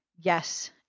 Yes